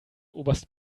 oberst